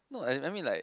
no I I mean like